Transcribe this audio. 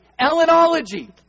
Ellenology